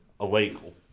Illegal